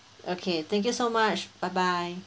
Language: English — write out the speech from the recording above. okay thank you so much bye bye